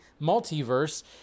multiverse